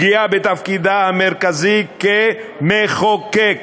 פגיעה בתפקידה המרכזי כמחוקק,